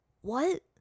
What